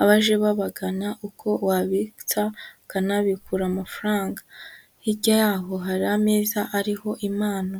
abaje babagana uko wabitsa ukanabikura amafaranga, hirya yaho hari ameza ariho impano.